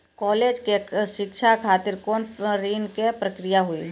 College के शिक्षा खातिर कौन ऋण के प्रक्रिया हुई?